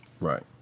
Right